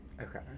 okay